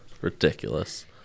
Ridiculous